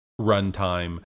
runtime